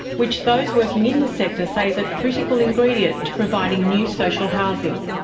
which those working in the sector say is a critical ingredient to providing new social housing.